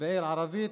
בעיר ערבית,